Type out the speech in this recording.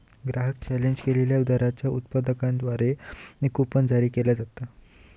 ग्राहक पॅकेज केलेल्यो वस्तूंच्यो उत्पादकांद्वारा कूपन जारी केला जाता